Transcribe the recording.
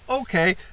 Okay